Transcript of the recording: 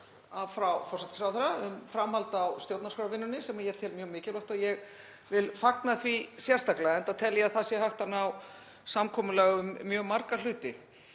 frá forsætisráðherra um framhald á stjórnarskrárvinnunni, sem ég tel mjög mikilvægt. Ég vil fagna því sérstaklega enda tel ég að það sé hægt að ná samkomulagi um mjög marga hluti.